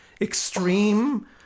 extreme